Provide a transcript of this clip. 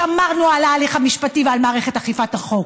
שמרנו על ההליך המשפטי ועל מערכת אכיפת החוק.